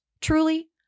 Truly